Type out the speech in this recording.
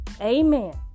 Amen